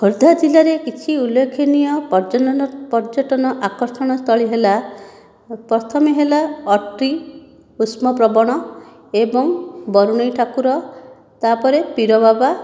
ଖୋର୍ଦ୍ଧା ଜିଲ୍ଲାରେ କିଛି ଉଲ୍ଲେଖନୀୟ ପର୍ଯ୍ୟନନ ପର୍ଯ୍ୟଟନ ଆକର୍ଷଣ ସ୍ଥଳୀ ହେଲା ପ୍ରଥମେ ହେଲା ଅଟ୍ରୀ ଉଷ୍ମପ୍ରବଣ ଏବଂ ବରୁଣେଇ ଠାକୁର ତା'ପରେ ପିର ବାବା